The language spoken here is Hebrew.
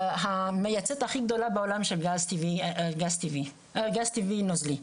תהיה המייצאת הכי גדולה בעולם של גז טבעי נוזלי,